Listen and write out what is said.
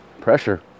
pressure